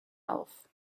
auf